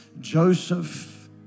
Joseph